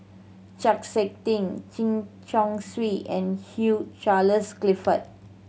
Chng Seok Tin Chen Chong Swee and Hugh Charles Clifford